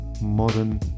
modern